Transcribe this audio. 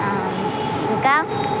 ఇంకా